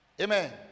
Amen